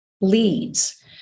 leads